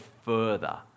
further